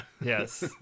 Yes